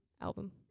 album